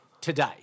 today